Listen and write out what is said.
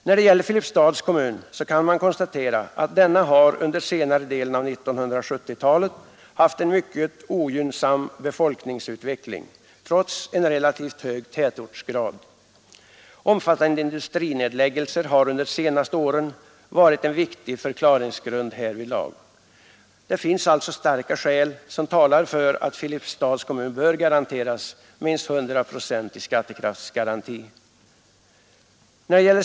När det gäller Filipstads kommun kan man konstatera att denna under senare delen av 1970-talet haft en mycket ogynnsam befolkningsutveckling, trots en relativt hög tätortsgrad. Omfattande industrinedläggelser under de senaste åren är en viktig förklaring härtill. Det finns alltså starka skäl för att Filipstads kommun bör ges minst 100 procents skattekraftsgaranti.